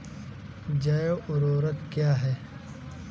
जैव ऊर्वक क्या है?